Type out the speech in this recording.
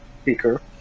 speaker